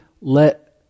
let